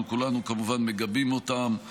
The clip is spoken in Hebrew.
אנחנו כולנו מגבים אותם,